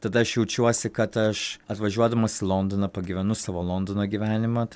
tada aš jaučiuosi kad aš atvažiuodamas į londoną pagyvenu savo londono gyvenimą